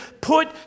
put